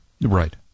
Right